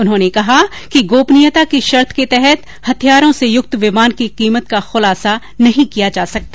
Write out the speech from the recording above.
उन्होंने कहा कि गोपनीयता की शर्त के तहत हथियारों से युक्त विमान की कीमत का खुलासा नहीं किया जा सकता